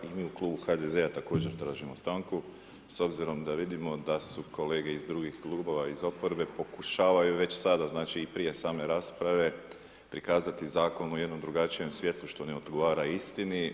Mi u Klubu HDZ-a također tražimo stanku, s obzirom da vidimo da su kolege iz drugih klubova, iz oporbe pokušavaju već sada, znači i prije same rasprave, prikazati zakon u jednom drukčijem svjetlu što ne odgovara istini.